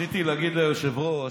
רציתי להגיד ליושב-ראש,